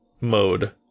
mode